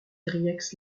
yrieix